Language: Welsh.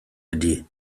ydy